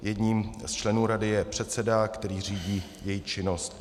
Jedním z členů rady je předseda, který řídí její činnost.